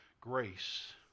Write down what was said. grace